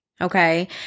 Okay